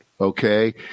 Okay